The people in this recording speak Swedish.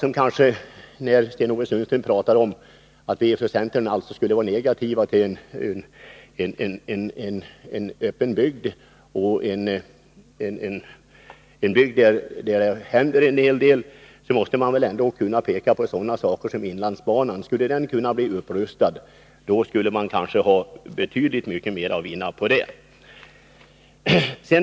När Sten-Ove Sundström pratar om att vi från centern skulle vara negativa till en öppen bygd och en bygd där det händer en hel del, måste man väl ändå kunna peka på sådana saker som inlandsbanan. Om den kunde upprustas, skulle man kanske ha betydligt mer att vinna på det.